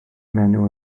menyw